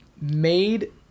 made